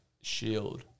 shield